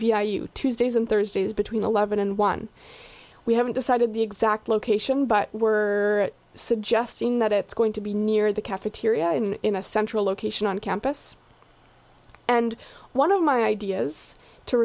tuesdays and thursdays between eleven and one we haven't decided the exact location but were suggesting that it's going to be near the cafeteria and in a central location on campus and one of my ideas to